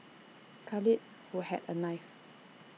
Khalid who had A knife